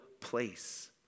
place